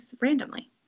randomly